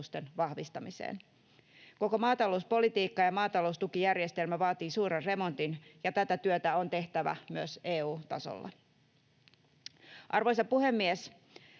Koko maatalouspolitiikka ja maataloustukijärjestelmä vaatii suuren remontin, ja tätä työtä on tehtävä myös EU-tasolla. Arvoisa puhemies!